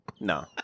No